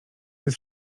jest